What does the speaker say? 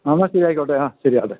എന്നാൽ ശരി ആയിക്കോട്ടെ അ ശരി ആട്ടെ